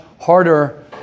harder